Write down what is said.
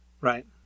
right